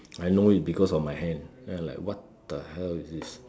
I know it because of my hand and I was like what the hell is this